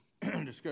Discussion